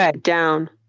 down